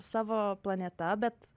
savo planeta bet